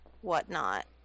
whatnot